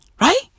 Right